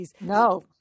No